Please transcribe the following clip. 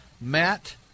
Matt